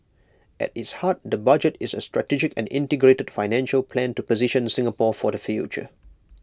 at its heart the budget is A strategic and integrated financial plan to position Singapore for the future